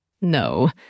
No